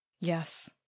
Yes